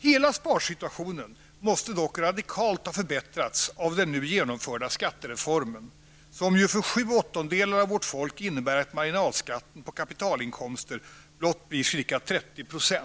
Hela sparsituationen måste dock radikalt ha förbättrats av den nu genomförda skattereformen, som ju för sju åttondedelar av vårt folk innebär att marginalskatten på kapitalinkomster blott blir ca 30 %.